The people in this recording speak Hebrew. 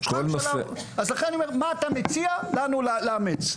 אז לכן מה אתה מציע לנו לאמץ.